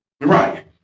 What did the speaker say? Right